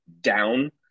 down